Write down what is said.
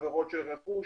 עבירות של רכוש,